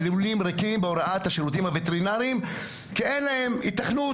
הלולים ריקים בהוראת השירותים הווטרינריים כי אין להם היתכנות